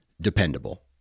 Dependable